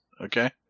okay